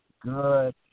good